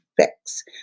fix